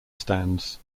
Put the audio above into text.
stands